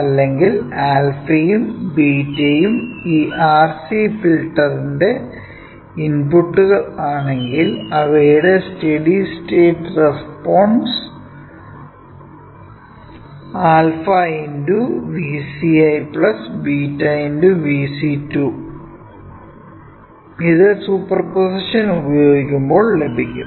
അല്ലെങ്കിൽ ആൽഫയും ബീറ്റയും ഈ RC ഫിൽറ്ററിന്റെ ഇൻപുട്ടുകൾ ആണെങ്കിൽ അവയുടെ steady state response 𝛂 × V c1 𝜷 × V c2 ഇത് സൂപ്പർ പൊസിഷൻ ഉപയോഗിക്കുമ്പോൾ ലഭിക്കും